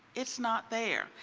it is not there.